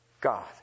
God